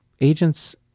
agents